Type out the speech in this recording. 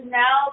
now